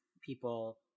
people